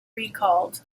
recalled